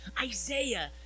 Isaiah